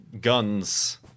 guns